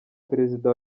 perezida